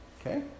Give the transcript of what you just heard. Okay